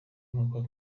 inkoko